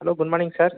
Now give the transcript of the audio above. hello goodmorning sir